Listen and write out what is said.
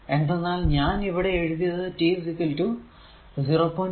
എന്തെന്നാൽ ഞാൻ ഇവിടെ എടുത്തത് t 0